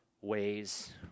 ways